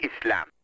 Islam